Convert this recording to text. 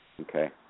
okay